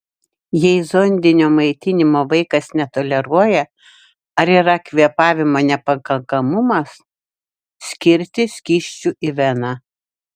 jei zondinio maitinimo vaikas netoleruoja ar yra kvėpavimo nepakankamumas skirti skysčių į veną